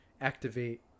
activate